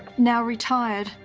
now retired,